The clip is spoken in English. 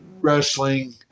wrestling